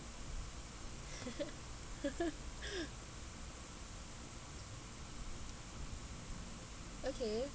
okay